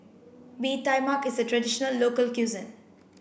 Bee Tai Mak is a traditional local cuisine